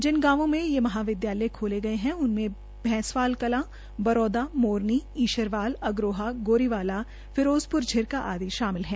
जिन गांवों में ये महाविद्यालय खोले गये है उनमें भैंसवाल कलां बरौदा मोरनी ईशरवाल अग्रोहा गोरीवाला फिरोजपुर झिरका आदि शामिल है